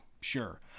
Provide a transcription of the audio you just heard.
sure